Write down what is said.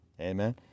amen